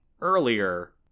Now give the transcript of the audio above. earlier